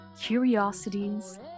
curiosities